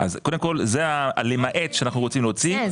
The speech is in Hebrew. אז קודם כל זה ה-למעט שאנחנו רוצים להוציא,